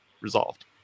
resolved